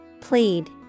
Plead